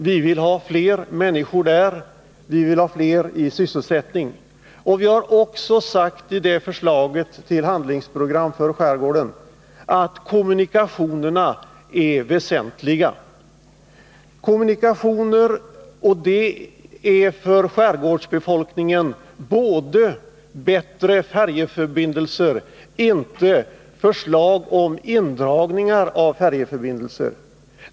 Vi vill ha flera människor i sysselsättning där. Vi har i vårt förslag till handlingsprogam för skärgården också sagt att kommunikationerna är väsentliga. Det är alltså fråga om bättre färjeförbindelser för skärgårdsbefolkningen — inte förslag om indragning av färjeförbindelser.